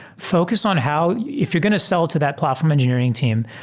focus on how if you're going to sell to that platform engineering team,